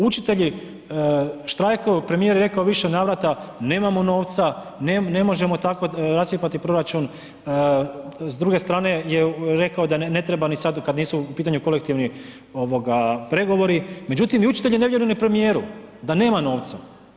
Učitelji štrajkaju premijer je rekao u više navrata nemamo novca, ne možemo tako rascjepkati proračun, s druge strane je rekao da ne treba ni sada kada nisu u pitanju kolektivni pregovori, međutim ni učitelji ne vjeruju premijeru da nema novca.